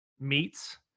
meats